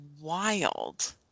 wild